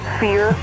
fear